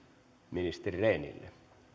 ministeri rehnille